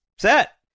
Set